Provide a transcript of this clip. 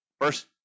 First